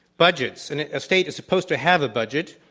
budgets. and a state is supposed to have a budget,